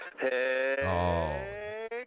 Hey